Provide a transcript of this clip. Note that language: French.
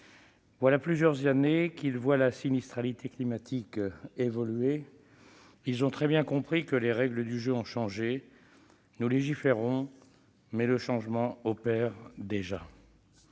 Voilà plusieurs années qu'ils voient la sinistralité climatique évoluer ; ils ont très bien compris que les règles du jeu ont changé. Nous légiférons, mais le changement opère déjà.